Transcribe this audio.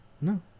No